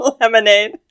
Lemonade